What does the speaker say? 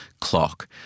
clock